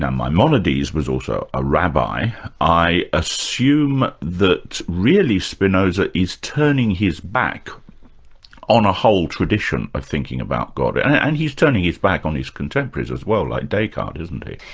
um maimonides was also a rabbi i assume that really spinoza is turning his back on a whole tradition of thinking about god, and he's turning his back on his contemporaries as well, like descartes, isn't he?